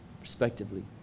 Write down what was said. respectively